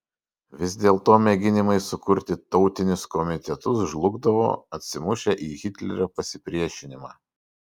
vis dėlto mėginimai sukurti tautinius komitetus žlugdavo atsimušę į hitlerio pasipriešinimą